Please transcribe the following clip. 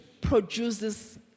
produces